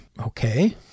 Okay